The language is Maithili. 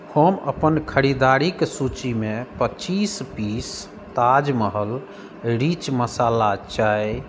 हम अपन खरीदारीक सूचीमे पच्चीस पीस ताज महल रिच मसाला चाय